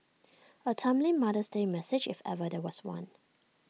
A timely mother's day message if there ever was one